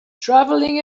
traveling